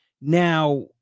Now